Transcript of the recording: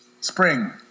Spring